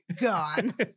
gone